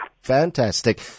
Fantastic